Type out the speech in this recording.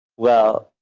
well,